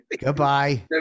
goodbye